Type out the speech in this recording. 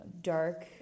dark